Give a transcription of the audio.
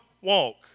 walk